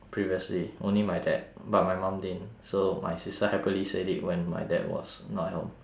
previously only my dad but my mum didn't so my sister happily said it when my dad was not at home